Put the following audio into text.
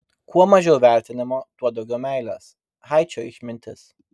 kuo mažiau vertinimo tuo daugiau meilės haičio išmintis